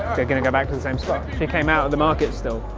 they're gonna go back to the same spot. she came out of the market still